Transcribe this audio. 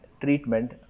treatment